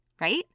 right